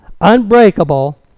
unbreakable